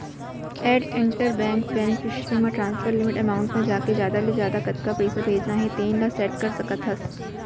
add inter bank beneficiary म transfer limit amount म जाके जादा ले जादा कतका पइसा भेजना हे तेन ल सेट कर सकत हस